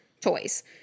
toys